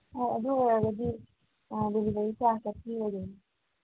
ꯑꯣ ꯑꯗꯨ ꯑꯣꯏꯔꯒꯗꯤ ꯗꯤꯂꯤꯚꯔꯤ ꯆꯥꯔꯖꯁꯦ ꯐ꯭ꯔꯤ ꯑꯣꯏꯗꯣꯏꯅꯤ